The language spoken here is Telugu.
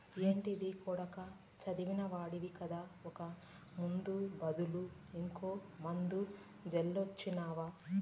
ఏంటిది కొడకా చదివిన వాడివి కదా ఒక ముందు బదులు ఇంకో మందు జల్లవచ్చునా